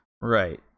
Right